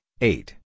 eight